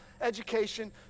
education